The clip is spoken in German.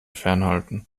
fernhalten